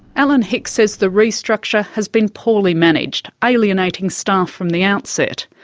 alan hicks says the restructure has been poorly managed, alienating staff from the outset.